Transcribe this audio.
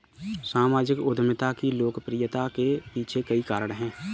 सामाजिक उद्यमिता की लोकप्रियता के पीछे कई कारण है